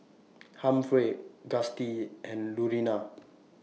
Humphrey Gustie and Lurena